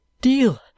deal